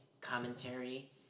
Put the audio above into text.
commentary